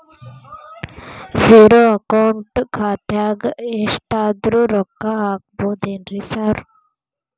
Zero account ಖಾತ್ಯಾಗ ಎಷ್ಟಾದ್ರೂ ರೊಕ್ಕ ಹಾಕ್ಬೋದೇನ್ರಿ ಸಾರ್?